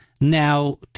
Now